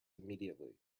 immediately